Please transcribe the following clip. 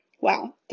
wow